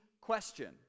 question